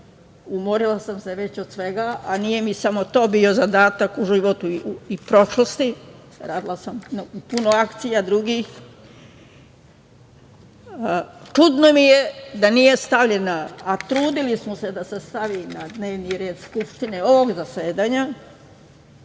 umorila sam se već od svega, a nije mi samo to bio zadatak u životu i prošlosti, radila sam u puno akcija drugih. Čudno mi je da nije stavljena, a trudili smo se da se stavi na dnevni red Skupštine ovog zasedanja,